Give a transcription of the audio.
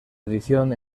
edición